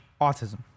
autism